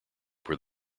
where